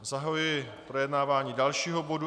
Zahajuji projednávání dalšího bodu.